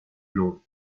long